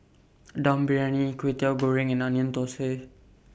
Dum Briyani Kway Teow Goreng and Onion Thosai